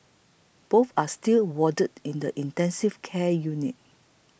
both are still warded in the intensive care unit